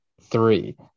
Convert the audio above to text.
three